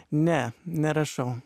ne nerašau